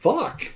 Fuck